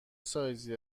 سایزی